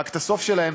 רק את הסוף שלהם,